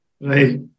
Right